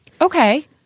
Okay